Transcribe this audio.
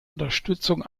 unterstützung